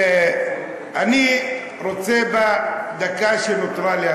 אני רוצה בדקה שנותרה לי,